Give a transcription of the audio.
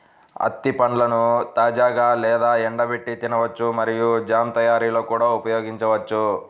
అత్తి పండ్లను తాజాగా లేదా ఎండబెట్టి తినవచ్చు మరియు జామ్ తయారీలో కూడా ఉపయోగించవచ్చు